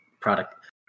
product